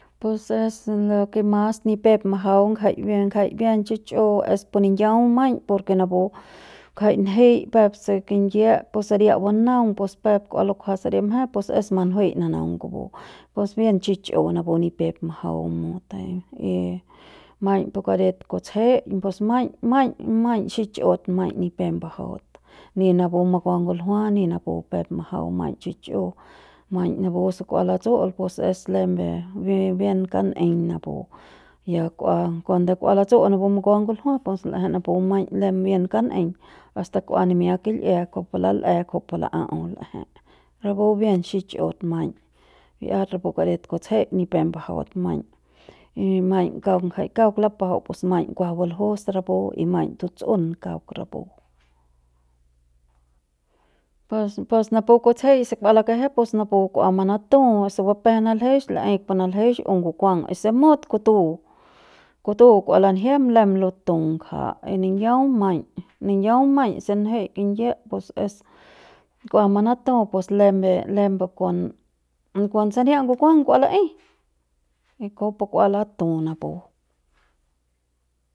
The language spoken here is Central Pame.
Pus se lo ke mas ni pep majau ngjai ngjai bien chich'u es pu ningiau maiñ por ke napu ngjai njei peuk se kingiep pus saria banaung pus peuk kua lukuajat saria mje pus es manjuei nanaung kupu pus bien chich'u napu ni pep majau napu mut y y maiñ y maiñ pu karit kutsjeik pus maiñ maiñ xichut maiñ ni pep mbajau ni napu makua nguljua ni napu ni pep majau mut maiñ chich'u maiñ napu se kua latsu'ul pus es lembe bien bien kan'eiñ napu ya k'ua cuando kua latsu'ul napu mukua nguljua pus l'eje napu lem bien kan'eiñ hasta k'ua nimia kil'ie kujupu lal'e kujupu la'a'au l'ejei rapu bien xich'ut maiñ bi'iat rapu karit kutsjeik ni pep mbajaut maiñ y maiñ kauk ngjai kauk lapajau pus kuas maljus rapu y maiñ tuts'un kauk rapu pus pus napu kutsjei se kua lakeje napu kua manatu jui se bupje naljix laei kon naljix o ngukuang y si mut kutu, kutu kua lanjiem lem lutu ngja y ningiau maiñ, ningiau maiñ se njei kingyiep pus es kua manatu pus lembe lembe kon kon sania ngukuang kua laei y kujupu kua latu napu.